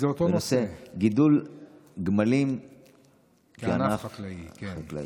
גידול גמלים כענף חקלאי.